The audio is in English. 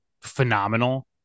phenomenal